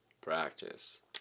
practice